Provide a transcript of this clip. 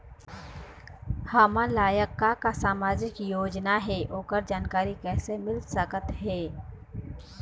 हमर लायक का का सामाजिक योजना हे, ओकर जानकारी कइसे मील सकत हे?